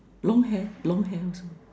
long hair long hair